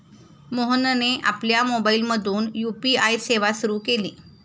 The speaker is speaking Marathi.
मोहनने आपल्या मोबाइलमधून यू.पी.आय सेवा सुरू केली